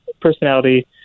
personality